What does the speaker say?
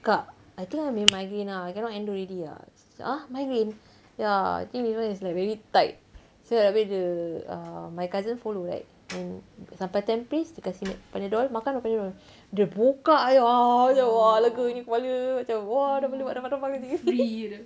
kak I think I'm having migraine ah cannot handle already ah lepas tu macam ah migraine ya I think maybe it's like tight lepas tu habis dia my cousin follow right hmm sampai tampines dia kasi Panadol makan lah Panadol dia buka jer ah !aduh! !wah! leganya kepala macam !wah! dah boleh buat ramai-ramai lagi